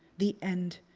the end.